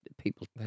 People